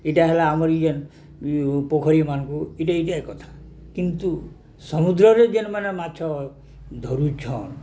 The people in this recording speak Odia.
ଏଇଟା ହେଲା ଆମର ଯେନ୍ ପୋଖରୀମାନଙ୍କୁ ଏଇଟା ଏଇଟା କଥା କିନ୍ତୁ ସମୁଦ୍ରରେ ଯେନ୍ ମାନେ ମାଛ ଧରୁଛନ୍